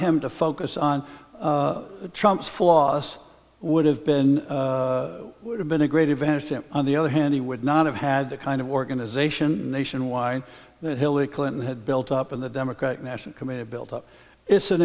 him to focus on trump's flaws would have been would have been a great advantage him on the other hand he would not have had the kind of organization nationwide that hillary clinton had built up in the democratic national committee built up it's an